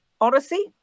Odyssey